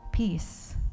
Peace